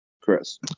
chris